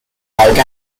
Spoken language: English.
like